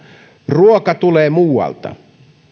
ruoka tulee muualta